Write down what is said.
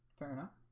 fair enough